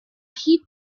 heap